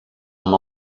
amb